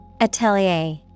Atelier